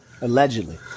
Allegedly